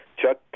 Chuck